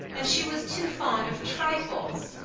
and she was too fond of trifles.